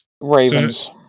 Ravens